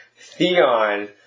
Theon